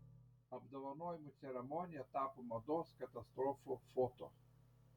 apdovanojimų ceremonija tapo mados katastrofa foto